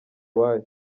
iwayo